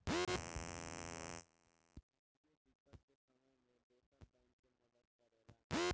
universal bank वित्तीय दिक्कत के समय में दोसर बैंक के मदद करेला